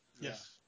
Yes